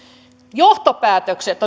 johtopäätökset